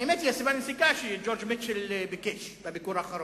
האמת היא שהסיבה לנסיגה היא שג'ורג' מיטשל ביקש בביקור האחרון.